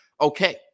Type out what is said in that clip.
Okay